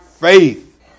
faith